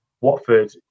Watford